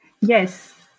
Yes